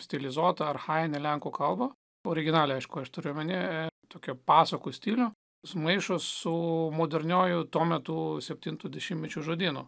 stilizuotą archajinę lenkų kalbą originalią aišku aš turiu omeny tokią pasakų stilių sumaišo su moderniuoju tuo metu septinto dešimtmečio žodynu